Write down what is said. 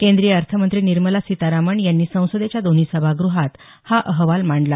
केंद्रीय अर्थमंत्री निर्मला सीतारामन यांनी संसदेच्या दोन्ही सभागृहात हा अहवाल मांडला